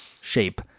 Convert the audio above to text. shape